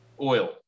oil